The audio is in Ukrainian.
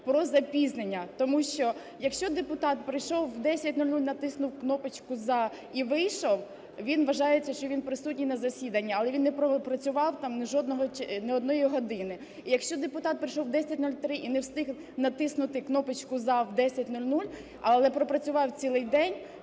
про запізнення. Тому що якщо депутат прийшов в 10:00, натиснув кнопочку "за" і вийшов, він вважається, що він присутній на засіданні, але він не пропрацював там жодного... ні одної години. І якщо депутат прийшов в 10:03 і не встиг натиснути кнопочку "за" в 10:00, але пропрацював цілий день,